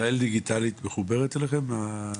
ישראל דיגיטלית מחוברת אליכם?